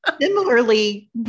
Similarly